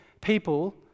people